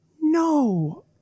No